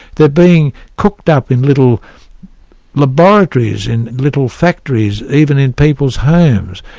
they're being cooked up in little laboratories in little factories, even in people's homes.